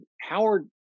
Howard